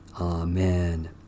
Amen